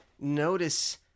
notice